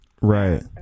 Right